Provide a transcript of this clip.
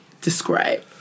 Describe